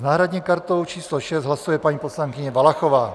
S náhradní kartou číslo 6 hlasuje paní poslankyně Valachová.